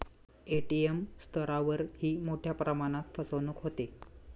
ATM स्तरावरही मोठ्या प्रमाणात फसवणूक होते